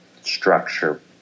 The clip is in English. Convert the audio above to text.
structure